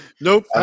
Nope